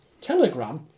Telegram